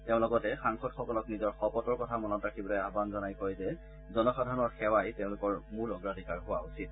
তেওঁ লগতে সাংসদসকলক নিজৰ শপতৰ কথা মনত ৰাখিবলৈ আহান জনাই আৰু কয় যে জনাসধাৰণৰ সেৱাই তেওঁলোকৰ মূল অগ্ৰাধিকাৰ হোৱা উচিত